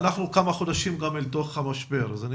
אנחנו כמה חודשים אל תוך המשבר אז אני